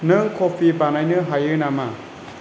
नों कफि बानायनो हायो नामा